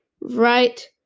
Right